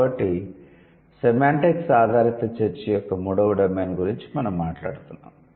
కాబట్టి సెమాంటిక్స్ ఆధారిత చర్చ యొక్క మూడవ డొమైన్ గురించి మనం మాట్లాడుతున్నాము